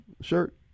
shirt